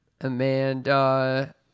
Amanda